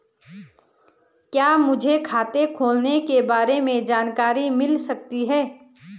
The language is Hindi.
क्या मुझे खाते खोलने के बारे में जानकारी मिल सकती है?